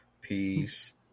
Peace